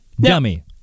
Dummy